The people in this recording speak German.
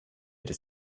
des